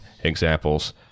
Examples